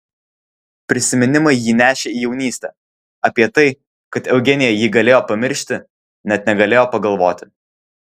prisiminimai jį nešė į jaunystę apie tai kad eugenija jį galėjo pamiršti net negalėjo pagalvoti